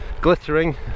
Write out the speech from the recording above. Glittering